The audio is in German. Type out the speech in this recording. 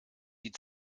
die